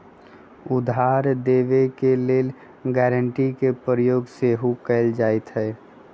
उधार देबऐ के लेल गराँटी के प्रयोग सेहो कएल जाइत हइ